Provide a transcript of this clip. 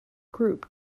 group